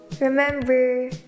remember